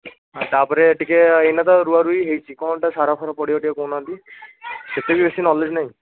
ହଁ ତା'ପରେ ଟିକେ ଏଇନେ ତ ରୁଆ ରୁଇ ହେଇଛି କ'ଣଟା ସାର ଫାର ପଡ଼ିବ ଟିକେ କହୁ ନାହାଁନ୍ତି ସେଥିରେ ବେଶି ନଲେଜ୍ ନାହିଁ